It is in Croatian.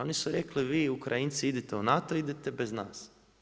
Oni su rekli, vi Ukrajinci idete u NATO, idete bez nas.